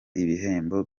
ibihembo